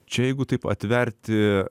čia jeigu taip atverti